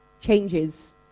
changes